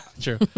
True